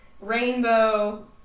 Rainbow